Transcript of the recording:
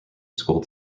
school